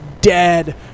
dead